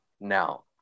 Now